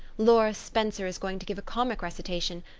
laura spencer is going to give a comic recitation,